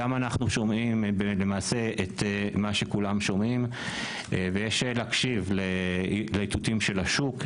גם אנחנו שומעים למעשה את מה שכולם שומעים ויש להקשיב לאיתותים של השוק,